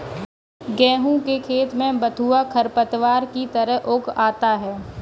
गेहूँ के खेत में बथुआ खरपतवार की तरह उग आता है